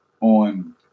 on